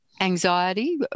anxiety